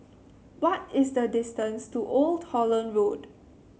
what is the distance to Old Holland Road